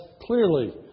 clearly